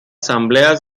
asambleas